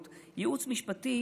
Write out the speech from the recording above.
ייעוץ משפטי